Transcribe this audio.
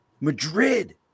Madrid